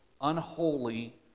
unholy